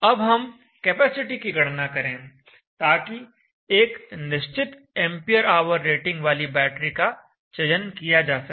अब हम कैपेसिटी की गणना करें ताकि एक निश्चित एंपियर आवर रेटिंग वाली बैटरी का चयन किया जा सके